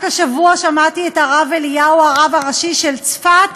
רק השבוע שמעתי את הרב אליהו, הרב הראשי של צפת,